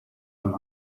dove